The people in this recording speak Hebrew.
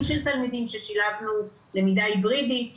של ילדים שבהם שילבנו הרבה מאוד למידה היברידית,